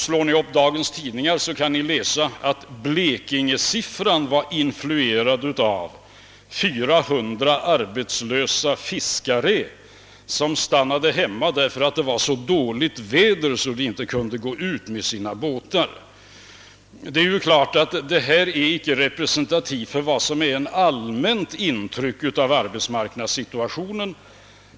Slår ni upp dagens tidningar kan ni läsa att siffran för Blekinge var influerad av 400 arbetslösa fiskare som stannade hemma därför att det var så dåligt väder att de inte kunde gå ut med sina båtar. Detta är naturligtvis inte representativt för vad som är ett allmänt intryck av arbetsmarknadssituationen.